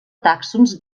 tàxons